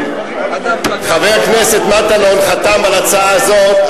חבר הכנסת מטלון חתם על ההצעה הזאת,